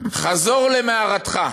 חזור למערתך.